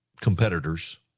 competitors